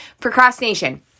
procrastination